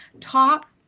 top